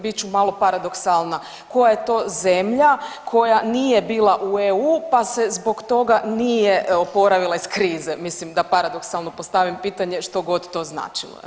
Bit ću malo paradoksalna koja je to zemlja koja nije bila u EU pa se zbog toga nije oporavila iz krize, mislim da paradoksalno postavim pitanje što god to značilo jel.